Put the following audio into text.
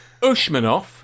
Ushmanov